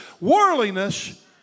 worldliness